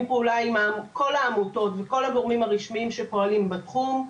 פעולה עם כל העמותות וכל הגורמים הרשמיים שפועלים בתחום.